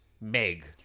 Meg